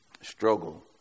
struggle